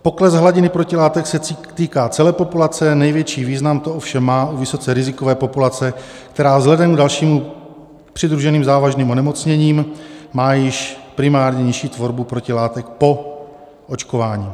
Pokles hladiny protilátek se týká celé populace, největší význam to ovšem má u vysoce rizikové populace, která vzhledem k dalším přidruženým závažným onemocněním má již primárnější tvorbu protilátek po očkování.